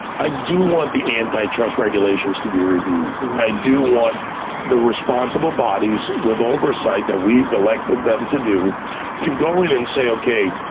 i do want the antitrust regulations to be reviewed. i do want the responsible bodies with oversight that we've elected them to do to go in and say, okay,